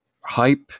hype